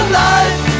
life